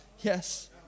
Yes